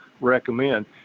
recommend